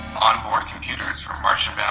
on-board computers for martian bound